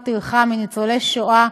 שכר טרחה מניצולי שואה,